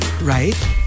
right